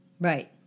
Right